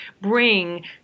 bring